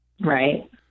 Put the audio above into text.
Right